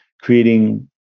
creating